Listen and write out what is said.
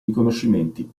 riconoscimenti